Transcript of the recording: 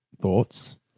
thoughts